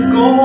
go